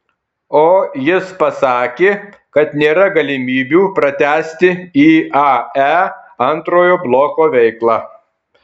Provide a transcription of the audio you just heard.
o jis pasakė kad nėra galimybių pratęsti iae antrojo bloko veiklą